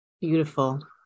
beautiful